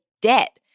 debt